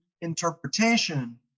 interpretation